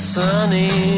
sunny